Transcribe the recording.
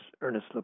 Ernest